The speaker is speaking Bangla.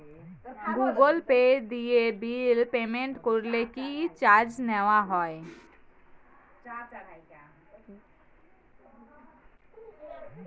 গুগল পে দিয়ে বিল পেমেন্ট করলে কি চার্জ নেওয়া হয়?